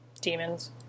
demons